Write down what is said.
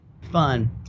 fun